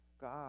God